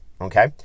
okay